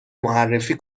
معرفی